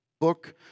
book